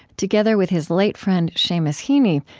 together with his late friend seamus heaney,